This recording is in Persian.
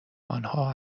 آنها